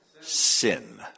sin